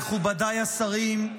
מכובדיי השרים,